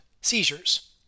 seizures